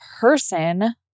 person